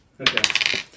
Okay